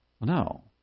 No